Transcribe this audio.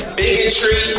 bigotry